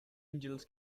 angels